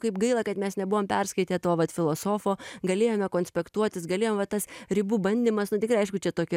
kaip gaila kad mes nebuvom perskaitę to vat filosofo galėjome konspektuotis galėjom va tas ribų bandymas nu tikrai aišku čia tokio ir